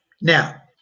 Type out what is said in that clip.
Now